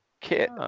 kit